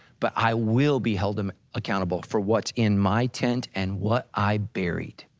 but i will be held um accountable for what's in my tent and what i buried.